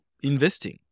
investing